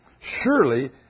Surely